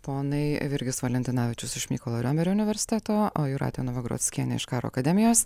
ponai virgis valentinavičius iš mykolo riomerio universiteto o jūratė novagrockienė iš karo akademijos